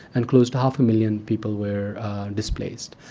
and close to half a million people were displaced.